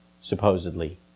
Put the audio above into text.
supposedly